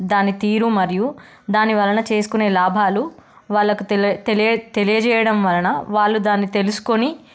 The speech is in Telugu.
దాన్ని తీరు మరియు దానివలన చేసుకొనే లాభాలు వాళ్ళకి తెలియ తెలియజేయడం వలన వాళ్ళు దాన్ని తెలుసుకొని